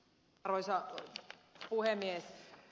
arvoisa puhemies